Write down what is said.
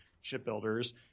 shipbuilders